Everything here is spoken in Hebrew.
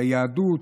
ליהדות,